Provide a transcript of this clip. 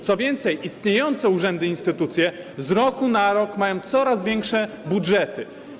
Co więcej, istniejące urzędy i instytucje z roku na rok mają coraz większe budżety.